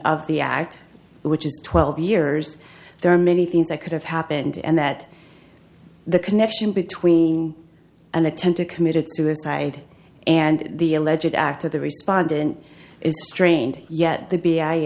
of the act which is twelve years there are many things that could have happened and that the connection between and attend to committed suicide and the alleged act of the respondent is trained yet to be i